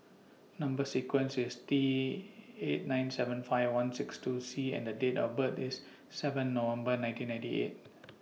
Number sequence IS T eight nine seven five one six two C and Date of birth IS seven November nineteen ninety eight